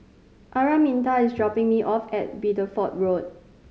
Araminta is dropping me off at Bideford Road